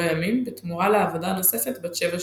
ימים בתמורה לעבודה נוספת בת שבע שנים.